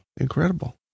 incredible